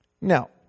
Now